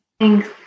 Thanks